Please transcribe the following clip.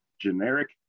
generic